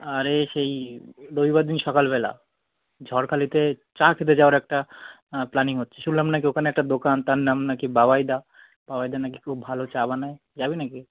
আরে সেই রবিবার দিন সকাল বেলা ঝড়খালিতে চা খেতে যাওয়ার একটা প্ল্যানিং হচ্ছে শুনলাম নাকি ওখানে একটা দোকান তার নাম নাকি বাবাইদা বাবাইদা নাকি খুব ভালো চা বানায় যাবি নাকি